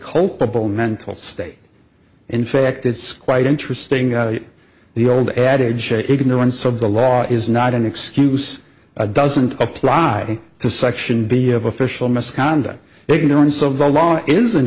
culpable mental state infected squired interesting the old adage ignorance of the law is not an excuse doesn't apply to section b of official misconduct ignorance of the law is an